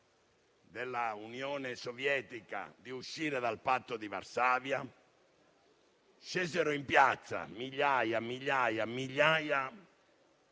dell'Unione Sovietica, di uscire dal Patto di Varsavia. Scesero in piazza migliaia e migliaia